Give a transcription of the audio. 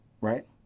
right